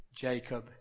Jacob